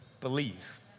believe